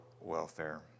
welfare